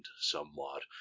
somewhat